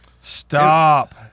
Stop